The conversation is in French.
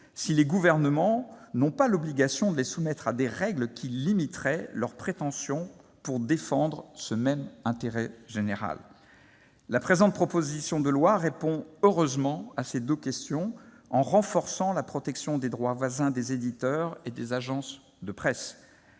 si les gouvernements ont l'obligation de les soumettre à des règles qui limiteraient leurs prétentions pour défendre ce même intérêt général. La présente proposition de loi répond heureusement à ces deux questions en renforçant la protection des droits voisins des éditeurs et des agences de presse.